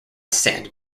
sand